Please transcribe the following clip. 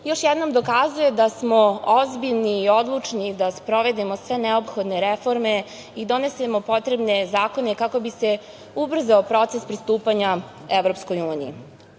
još jednom dokazuje da smo ozbiljni i odlučni da sprovedemo sve neophodne reforme i donesemo potrebne zakone kako bi se ubrzao proces pristupanja EU.Republike